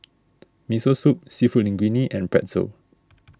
Miso Soup Seafood Linguine and Pretzel